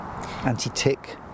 anti-tick